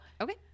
Okay